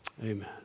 Amen